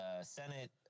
Senate